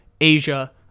Asia